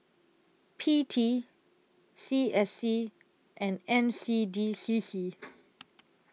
P T C S C and N C D C C